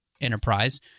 Enterprise